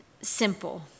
simple